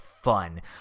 fun